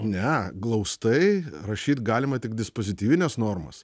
ne glaustai rašyt galima tik dispozityvines normas